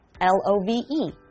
L-O-V-E